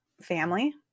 family